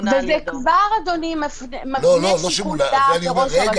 וזה כבר, אדוני, מפנה שיקול דעת לראש הרשות.